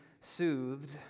soothed